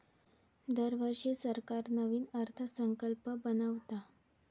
दरवर्षी सरकार नवीन अर्थसंकल्प बनवता